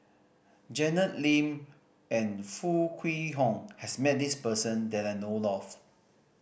Janet Lim and Foo Kwee Horng has met this person that I know of